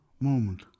moment